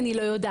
אני לא יודעת.